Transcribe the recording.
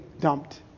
dumped